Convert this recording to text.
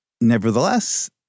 Nevertheless